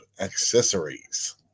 accessories